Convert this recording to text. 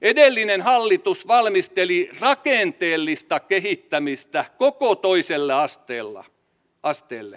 edellinen hallitus valmisteli rakenteellista kehittämistä koko toiselle asteelle